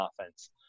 offense